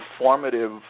informative